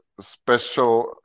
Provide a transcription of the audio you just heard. special